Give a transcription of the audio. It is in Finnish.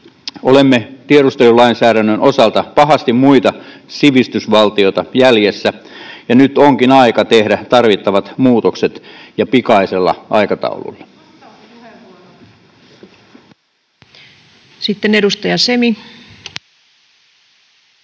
Olemme tiedustelulainsäädännön osalta pahasti muita sivistysvaltioita jäljessä, ja nyt onkin aika tehdä tarvittavat muutokset ja pikaisella aikataululla. [Speech 140]